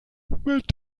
mit